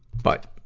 but,